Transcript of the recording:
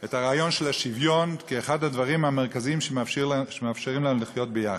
את הרעיון של השוויון כאחד הדברים המרכזיים שמאפשרים לנו לחיות ביחד.